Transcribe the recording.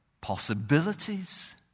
possibilities